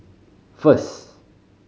first